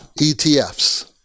ETFs